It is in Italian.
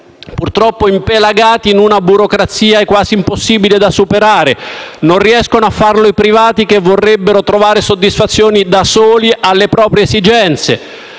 purtroppo impelagati in una burocrazia quasi impossibile da superare, non riescono a farlo i privati, che vorrebbero trovare soddisfazione da soli alle proprie esigenze,